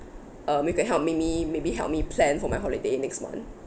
um maybe you can helping me maybe help me plan for my holiday next month